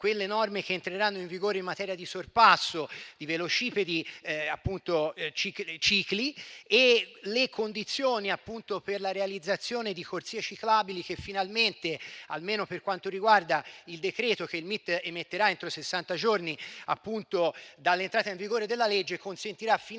- le norme che entreranno in vigore in materia di sorpasso di velocipedi e le condizioni per la realizzazione di corsie ciclabili, che finalmente, almeno per quanto riguarda il decreto che il MIT emetterà entro sessanta giorni dall'entrata in vigore della legge, consentiranno